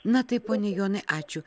na taip pone jonai ačiū